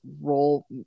role